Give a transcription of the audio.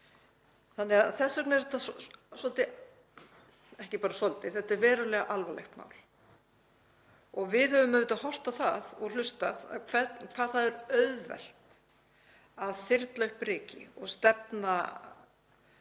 Þess vegna er þetta svolítið — ekki bara svolítið, þetta er verulega alvarlegt mál og við höfum auðvitað horft á það og hlustað á hvað það er auðvelt að þyrla upp ryki og stefna einum